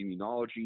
immunology